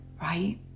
right